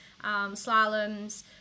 slaloms